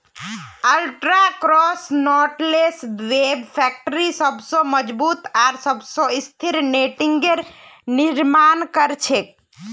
ultra cross knotless web factory सबस मजबूत आर सबस स्थिर नेटिंगेर निर्माण कर छेक